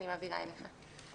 בבקשה, חבר הכנסת עופר כסיף.